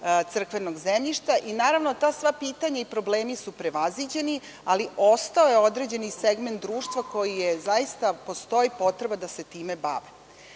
crkvenog zemljišta. Naravno, sva ta pitanja i problemi su prevaziđeni, ali ostao je određeni segment društva za koji postoji potreba da se time bave.Zašto